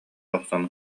охсон